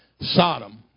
Sodom